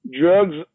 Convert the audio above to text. Drugs